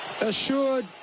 Assured